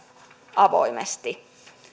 avoimesti